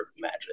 magic